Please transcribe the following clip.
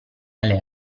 alle